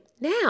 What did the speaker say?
now